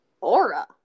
Aura